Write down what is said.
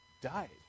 died